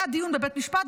היה דיון בבית משפט,